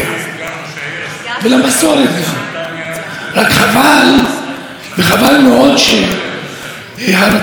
כנראה גם אין לו יכולת להתחבר לרגשות ולחיבור ולמסורת של אחרים.